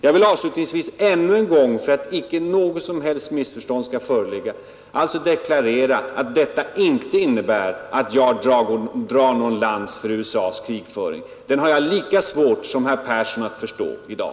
Jag vill avslutningsvis ännu en gång, för att icke något som helst missförstånd skall föreligga, deklarera att detta inte innebär att jag drar någon lans för USA:s krigföring. Den har jag lika svårt som herr Persson att förstå i dag.